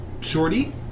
Shorty